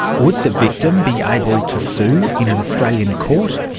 would the victim be able to sue in an australian court?